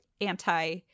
anti